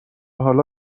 حالا